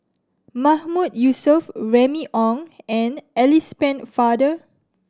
Mahmood Yusof Remy Ong and Alice Pennefather